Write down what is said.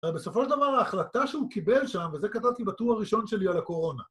בסופו של דבר ההחלטה שהוא קיבל שם, וזה כתבתי בטור הראשון שלי על הקורונה.